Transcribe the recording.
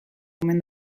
omen